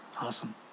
Awesome